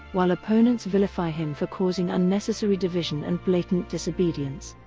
while opponents vilify him for causing unnecessary division and blatant disobedience.